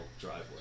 driveway